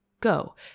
go